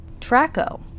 traco